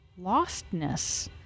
lostness